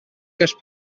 cas